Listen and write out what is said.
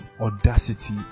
audacity